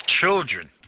children